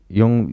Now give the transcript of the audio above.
yung